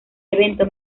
evento